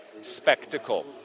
spectacle